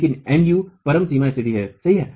सही है